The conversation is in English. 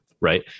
right